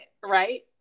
right